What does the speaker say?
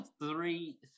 Three